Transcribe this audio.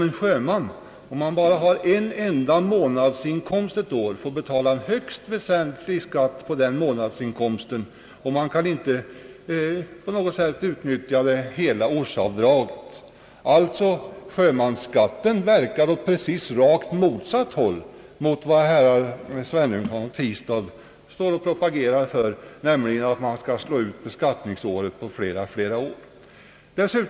En sjöman som bara har en enda månadsinkomst under ett år får betala en väsentlig skatt för denna månadsinkomst och kan inte utnyttja hela ortsavdraget. Sjömansskatten verkar alltså i precis rakt motsatt riktning mot vad herr Svenungsson och herr Tistad här tänkt sig, nämligen att inkomsten under ett beskattningsår skulle slås ut på flera år.